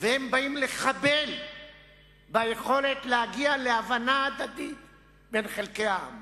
והם באים לחבל ביכולת להגיע להבנה הדדית בין חלקי העם